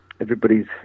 everybody's